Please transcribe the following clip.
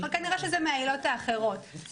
כנראה שזה מהעילות האחרות.